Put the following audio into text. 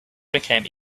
became